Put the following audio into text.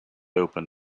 open